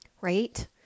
right